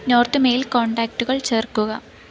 north mail കോൺടാക്റ്റുകൾ ചേർക്കുക